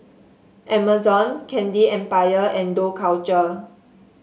Amazon Candy Empire and Dough Culture